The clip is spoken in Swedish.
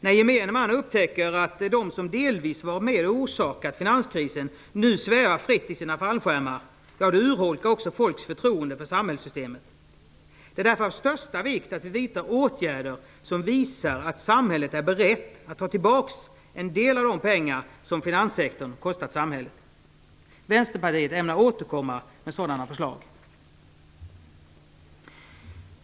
När gemene man upptäcker att de som var med och orsakade finanskrisen nu svävar fritt i sina fallskärmar urholkas också folks förtroende för samhällssystemet. Det är därför av största vikt att vi vidtar åtgärder som visar att samhället är berett att ta tillbaks en del av de pengar som finanssektorn har kostat samhället. Vänsterpartiet ämnar återkomma med sådana förslag.